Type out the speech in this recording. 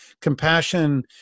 Compassion